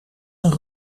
een